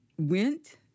went